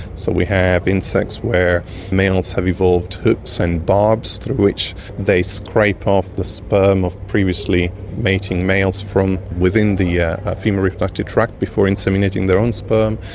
so we have insects where males have evolved hooks and barbs through which they scrape off the sperm of previously mating males from within the female reproductive tract before inseminating their own sperm.